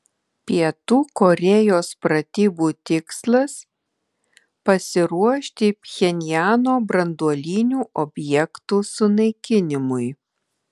pietų korėjos pratybų tikslas pasiruošti pchenjano branduolinių objektų sunaikinimui